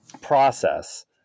process